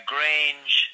Grange